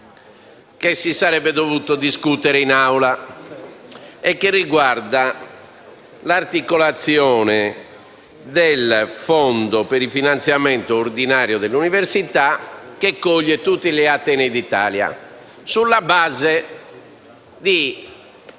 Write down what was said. che si sarebbe dovuto discutere in Aula e che riguarda l'articolazione del Fondo per il finanziamento ordinario dell'università, che raccoglie tutti gli atenei d'Italia sulla base di